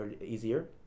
easier